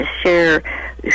share